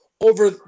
over